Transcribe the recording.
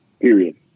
period